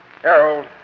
Harold